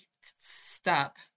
stop